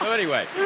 um anyway.